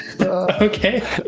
Okay